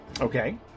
Okay